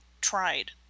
tried